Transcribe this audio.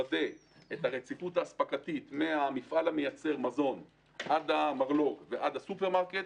לוודא את הרציפות האספקתית מהמפעל המייצר מזון עד המרלו"ג ועד הסופרמרקט